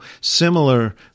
similar